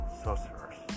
sorcerers